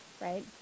right